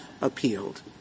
appealed —